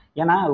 Yana